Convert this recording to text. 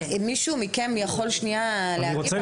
רוצה